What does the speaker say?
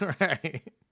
right